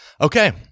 Okay